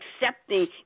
accepting